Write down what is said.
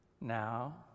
Now